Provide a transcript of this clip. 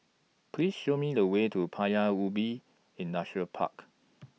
Please Show Me The Way to Paya Ubi Industrial Park